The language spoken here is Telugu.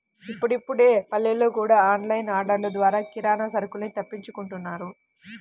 ఇప్పుడిప్పుడే పల్లెల్లో గూడా ఆన్ లైన్ ఆర్డర్లు ద్వారా కిరానా సరుకుల్ని తెప్పించుకుంటున్నారు